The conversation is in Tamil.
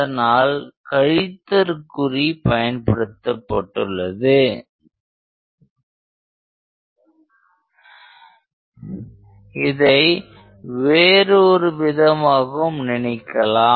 அதனால் கழித்தற்குறி பயன்படுத்தப்பட்டுள்ளது இதை வேறு ஒருவிதமாகவும் நினைக்கலாம்